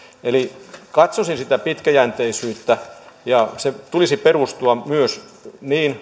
eli katsoisin sitä pitkäjänteisyyttä ja sen tulisi perustua niin